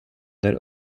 their